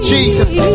Jesus